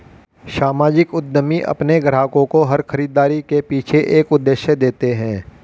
सामाजिक उद्यमी अपने ग्राहकों को हर खरीदारी के पीछे एक उद्देश्य देते हैं